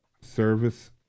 service